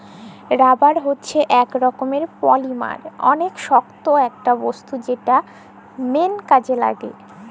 rubber হচ্যে ইক রকমের পলিমার অলেক শক্ত ইকটা বস্তু যেটা ম্যাল কাজে লাগ্যে